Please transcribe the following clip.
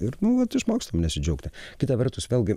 ir nu vat išmokstam nesidžiaugti kita vertus vėlgi